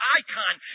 icon